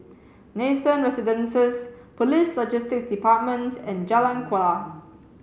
Nathan Residences Police Logistics Department and Jalan Kuala